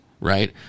Right